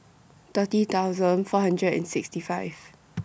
thirty thousand four hundred and sixty five